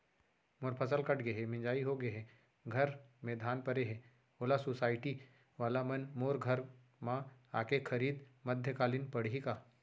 मोर फसल कट गे हे, मिंजाई हो गे हे, घर में धान परे हे, ओला सुसायटी वाला मन मोर घर म आके खरीद मध्यकालीन पड़ही का?